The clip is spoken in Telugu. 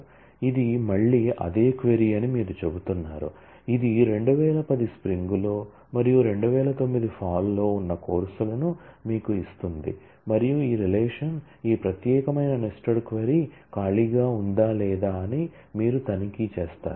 కాబట్టి ఇది మళ్ళీ అదే క్వరీ అని మీరు చెప్తున్నారు ఇది 2010 స్ప్రింగ్ లో మరియు 2009 ఫాల్ లో ఉన్న కోర్సులను మీకు ఇస్తుంది మరియు ఈ రిలేషన్ ఈ ప్రత్యేకమైన నెస్టెడ్ క్వరీ ఖాళీగా ఉందా లేదా అని మీరు తనిఖీ చేస్తారు